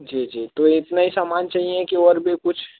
जी जी तो इतने ही सामान चहिए कि और भी कुछ